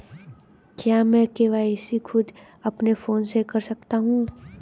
क्या मैं के.वाई.सी खुद अपने फोन से कर सकता हूँ?